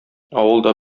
авылда